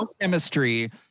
chemistry